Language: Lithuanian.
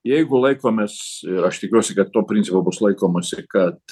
jeigu laikomės ir aš tikiuosi kad to principo bus laikomasi kad